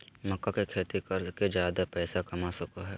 मक्का के खेती कर के ज्यादा पैसा कमा सको हो